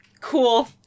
cool